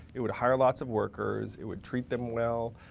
it would hire lots of workers, it would treat them well.